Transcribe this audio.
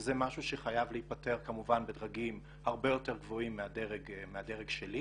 שזה משהו שחייב להיפתר כמובן בדרגים הרבה יותר גבוהים מהדרג שלי,